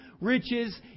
riches